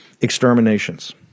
exterminations